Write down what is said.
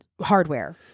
hardware